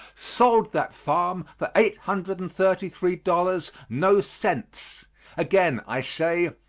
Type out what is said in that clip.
sold that farm for eight hundred and thirty three dollars, no cents again i say,